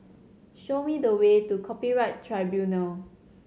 show me the way to Copyright Tribunal